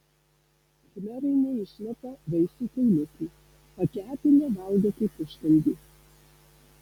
khmerai neišmeta vaisių kauliukų pakepinę valgo kaip užkandį